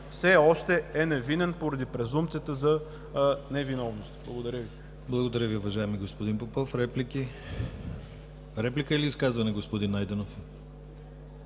все още е невинен поради презумпцията за невиновност. Благодаря Ви.